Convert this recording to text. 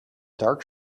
dark